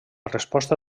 resposta